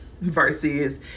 versus